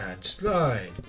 slide